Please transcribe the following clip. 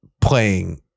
playing